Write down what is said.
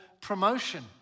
promotion